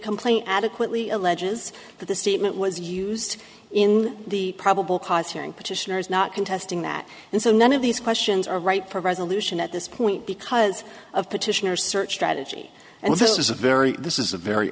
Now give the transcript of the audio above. complaint adequately alleges that the statement was used in the probable cause hearing petitioners not contesting that and so none of these questions are right for resolution at this point because of petitioners search strategy and this is a very this is a very